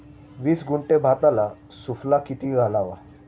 वीस गुंठे भाताला सुफला किती घालावा?